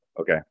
Okay